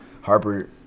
Harper